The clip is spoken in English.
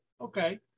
Okay